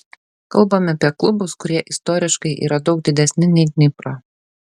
kalbame apie klubus kurie istoriškai yra daug didesni nei dnipro